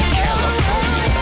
california